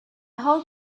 whole